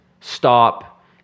stop